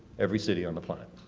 every city on the planet.